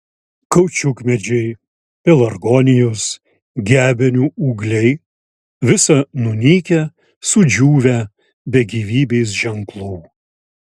kaučiukmedžiai pelargonijos gebenių ūgliai visa nunykę sudžiūvę be gyvybės ženklų